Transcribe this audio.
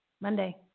Monday